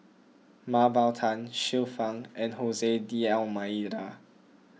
Mah Bow Tan Xiu Fang and Jose D'Almeida